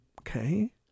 okay